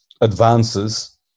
advances